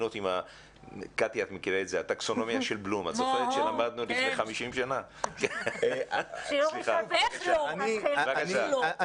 את זוכרת שלמדנו לפני 50 שנה את הטקסונומיה של בלום?